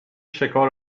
شکار